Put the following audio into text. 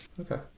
Okay